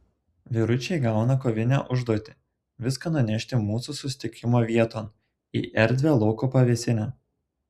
vyručiai gauna kovinę užduotį viską nunešti mūsų susitikimo vieton į erdvią lauko pavėsinę